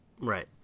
right